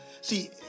See